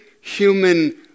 human